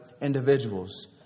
individuals